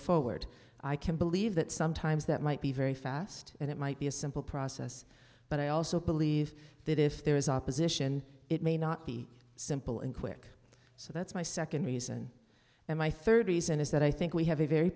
forward i can believe that sometimes that might be very fast and it might be a simple process but i also believe that if there is opposition it may not be simple and quick so that's my second reason and my third reason is that i think we have a very